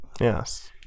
Yes